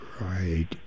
Right